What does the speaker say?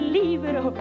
libro